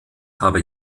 habe